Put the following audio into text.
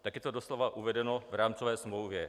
Tak je to doslova uvedeno v rámcové smlouvě.